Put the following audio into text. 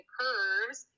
curves